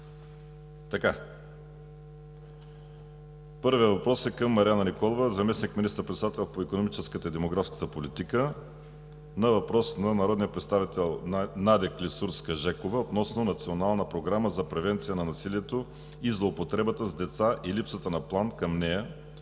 Първият въпрос е към Марияна Николова – заместник министър-председател по икономическата и демографската политика, на въпрос на народния представител Надя Клисурска-Жекова относно Национална програма за превенция на насилието и злоупотребата с деца и липсата на план към нея